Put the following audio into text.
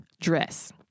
dress